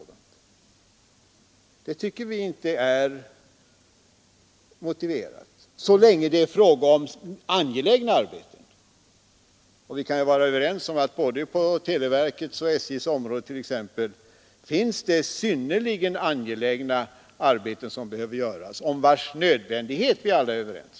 Det tycker vi inte är motiverat så länge det är fråga om angelägna arbeten. Och vi kan vara överens om att det både på t.ex. televerkets och på SJ:s områden finns synnerligen angelägna arbeten, om vilkas nödvändighet vi alla är överens.